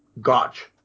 Gotch